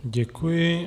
Děkuji.